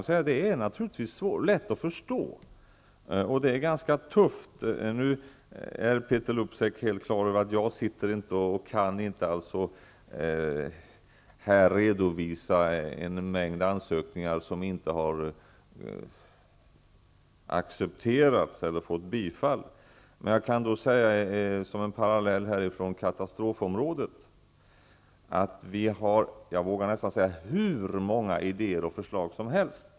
Det är naturligtvis lätt att förstå. Peeter Luksep vet att jag här inte kan redovisa en mängd ansökningar som inte har accepterats eller fått bifall. Jag kan dock dra en parallell från katastrofområdet och säga att vi har hur många idéer och förslag som helst.